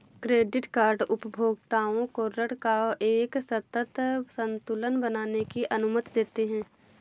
credit card उपभोक्ताओं को ऋण का एक सतत संतुलन बनाने की अनुमति देते हैं